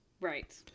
Right